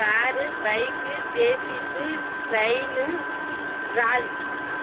car bike JCB train lorry